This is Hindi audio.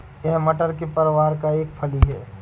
यह मटर के परिवार का एक फली है